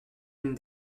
une